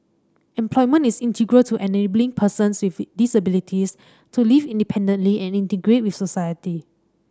employment is integral to enabling persons with disabilities to live independently and integrate with society